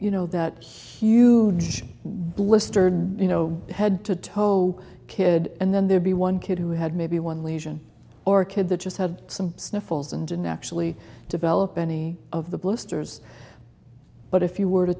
you know that huge blister you know head to toe kid and then there'd be one kid who had maybe one lesion or a kid the just had some sniffles and didn't actually develop any of the blisters but if you were to